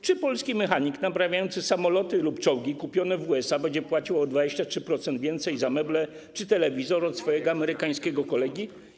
Czy polski mechanik naprawiający samoloty lub czołgi kupione w USA będzie płacił o 23% więcej za meble czy telewizor od swojego amerykańskiego kolegi?